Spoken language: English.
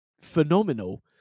phenomenal